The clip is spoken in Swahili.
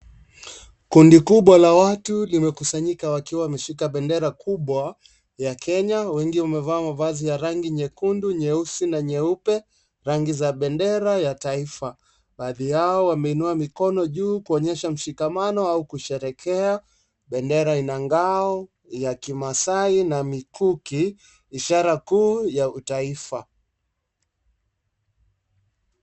Kundi kubwa la watu limekusanyika wakiwa wameshika bendera kubwa ya Kenya. Wengi wamevaa mavazi ya rangi nyekundu, nyeusi, na nyeupe rangi za bendera ya taifa. Baadhi yao wameinua mikono juu kuonyesha mshikamano au kusherehekea. Bendera ina ngao ya kimasai na mikuki ishara kuu ya utaifa.